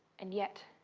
and yet